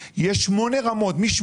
אני לא מזלזל חלילה, ואין לי גם